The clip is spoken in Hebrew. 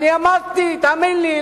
אני אמרתי, תאמין לי.